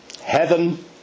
heaven